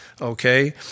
okay